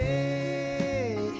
Hey